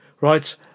right